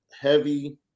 heavy